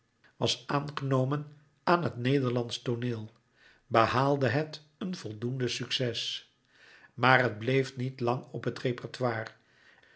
was aangenomen aan het nederlandsch tooneel behaalde het een voldoend succes maar het bleef niet lang op het repertoire